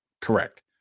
correct